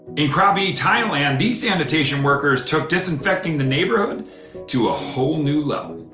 in, krabi, thailand these sanitation workers took disinfecting the neighborhood to a whole new level.